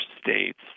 states